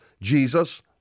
Jesus